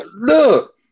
look